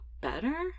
better